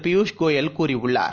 பியூஷ் கோயல் கூறியுள்ளார்